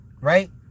Right